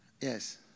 Yes